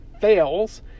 fails